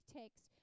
text